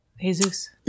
Jesus